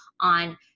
on